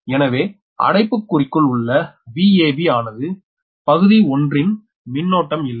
எனேவே அடைப்புக்குறிக்குள் உள்ள Vab யானது பகுதி 1 ன் மின்னோட்டம் இல்லை